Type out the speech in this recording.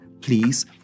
please